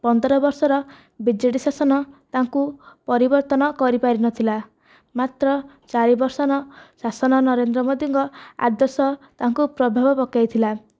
ପନ୍ଦର ବର୍ଷର ବିଜେଡ଼ି ଶାସନ ତାଙ୍କୁ ପରିବର୍ତ୍ତନ କରିପାରିନଥିଲା ମାତ୍ର ଚାରି ବର୍ଷନ ଶାସନ ନରେନ୍ଦ୍ର ମୋଦିଙ୍କ ଆଦର୍ଶ ତାଙ୍କୁ ପ୍ରଭାବ ପକେଇଥିଲା